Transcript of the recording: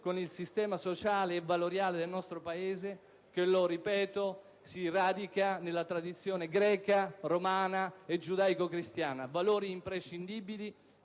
con il sistema sociale e valoriale del nostro Paese che, lo ripeto, si radica nella tradizione greca, romana, e giudaico-cristiana. Sono valori imprescindibili,